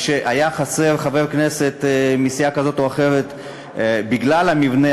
כשהיה חסר חבר כנסת מסיעה כזאת או אחרת בגלל המבנה